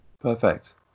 Perfect